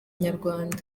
inyarwanda